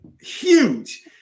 huge